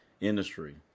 industry